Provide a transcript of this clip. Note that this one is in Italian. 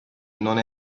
non